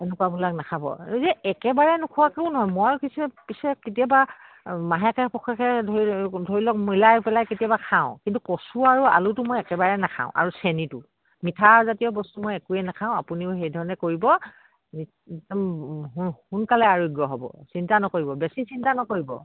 এনেকুৱাবিলাক নাখাব এই যে একেবাৰে নোখোৱাকেও নহয় মই কিছু পিছে কেতিয়াবা মাহেকে পষেকে ধৰি ধৰি লওক মিলাই পেলাই কেতিয়াবা খাওঁ কিন্তু কচু আৰু আলুটো মই একেবাৰে নাখাওঁ আৰু চেনিটো মিঠা জাতীয় বস্তু মই একোৱে নাখাওঁ আপুনিও সেইধৰণে কৰিব একদম সোনকালে আৰোগ্য হ'ব চিন্তা নকৰিব বেছি চিন্তা নকৰিব